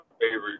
favorite